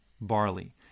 barley